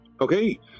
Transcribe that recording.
Okay